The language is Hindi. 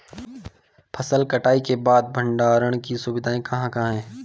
फसल कटाई के बाद भंडारण की सुविधाएं कहाँ कहाँ हैं?